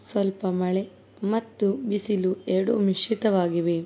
ಸ್ವಲ್ಪ ಮಳೆ ಮತ್ತು ಬಿಸಿಲು ಎರಡೂ ಮಿಶ್ರಿತವಾಗಿವೆ